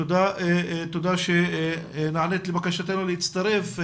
תודה שנענית לבקשתנו להצטרף.